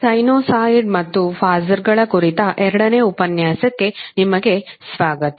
sinusoid ಮತ್ತು ಫಾಸರ್ಗಳ ಕುರಿತ ಎರಡನೇ ಉಪನ್ಯಾಸಕ್ಕೆ ನಿಮಗೆ ಸ್ವಾಗತ